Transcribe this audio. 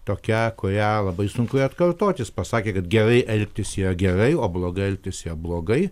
tokia kurią labai sunku ir atkartot jis pasakė kad gerai elgtis yra gerai o blogai elgtis yra blogai